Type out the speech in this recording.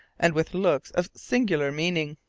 and with looks of singular meaning.